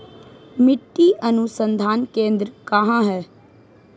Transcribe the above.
मिट्टी अनुसंधान केंद्र कहाँ है?